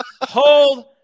Hold